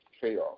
chaos